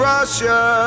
Russia